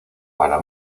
para